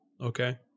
Okay